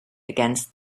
against